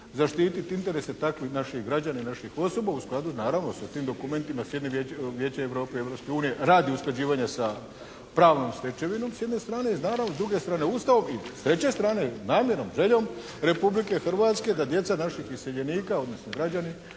zaštititi interese takvih naših građana i naših osoba u skladu naravno sa tim dokumentima … /Govornik se ne razumije./ … Vijeća Europe, Europske unije radi usklađivanja sa pravnom stečevinom s jedne strane. I naravno s druge strane Ustavom, s treće strane namjernom željom Republike Hrvatske da djeca naših iseljenika, odnosno građanina